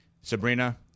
Sabrina